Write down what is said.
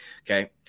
Okay